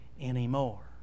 anymore